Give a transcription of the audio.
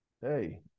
Hey